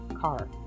car